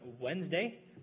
Wednesday